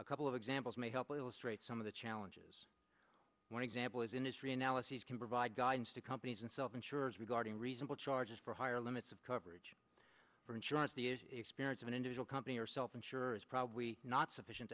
a couple of examples may help illustrate some of the challenges when examples in history analyses can provide guidance to companies and self insurers regarding reasonable charges for higher limits of coverage for insurance the experience of an individual company or self insured is probably not sufficient